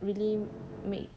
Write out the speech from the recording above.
really make